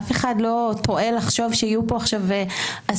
אף אחד לא טועה לחשוב שיהיו פה עכשיו עשרות,